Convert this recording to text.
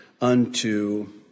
unto